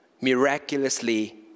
miraculously